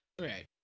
right